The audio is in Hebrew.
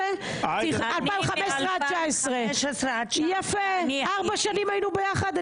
מ-2015 עד 2019. ארבע שנים היינו ביחד,